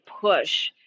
push